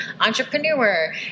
entrepreneur